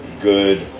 good